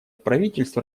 правительств